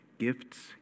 Gifts